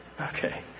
Okay